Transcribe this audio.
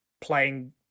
playing